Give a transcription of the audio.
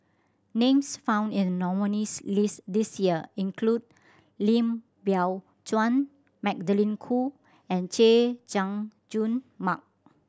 names found in the nominees' list this year include Lim Biow Chuan Magdalene Khoo and Chay Jung Jun Mark